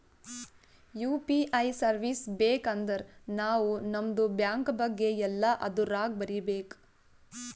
you P I service ಬೇಕ್ ಅಂದರ್ ನಾವ್ ನಮ್ದು ಬ್ಯಾಂಕ ಬಗ್ಗೆ ಎಲ್ಲಾ ಅದುರಾಗ್ ಬರೀಬೇಕ್